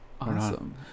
Awesome